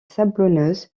sablonneuses